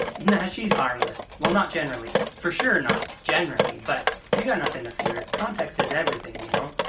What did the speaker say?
nah, she's harmless. well not generally. for sure not generally. but you got nothing to fear, context is everything, you know?